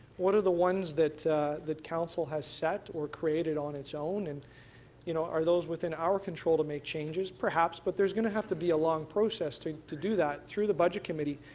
what are the ones that that council has set or created on its own, and you know, are those within our control to make changes, perhaps, but there's going to have to be a long process to to do that through the budget committee.